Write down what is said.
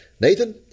Nathan